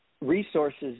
resources